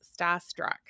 Starstruck